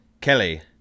Kelly